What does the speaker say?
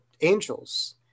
angels